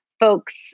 folks